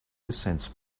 sense